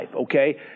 Okay